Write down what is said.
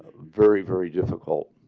very, very difficult